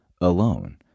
alone